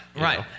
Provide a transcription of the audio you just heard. right